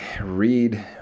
read